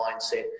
mindset